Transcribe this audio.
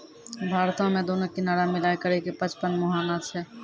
भारतो मे दुनू किनारा मिलाय करि के पचपन मुहाना छै